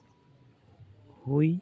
ᱦᱩᱭ